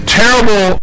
terrible